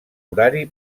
horari